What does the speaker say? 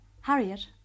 Harriet